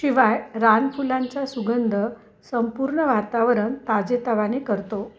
शिवाय रानफुलांचा सुगंध संपूर्ण वातावरण ताजेतवाने करतो